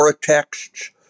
texts